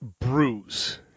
bruise